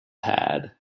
had